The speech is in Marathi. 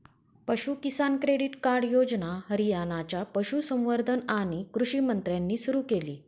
पशु किसान क्रेडिट कार्ड योजना हरियाणाच्या पशुसंवर्धन आणि कृषी मंत्र्यांनी सुरू केली